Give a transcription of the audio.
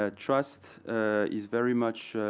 ah trust is very much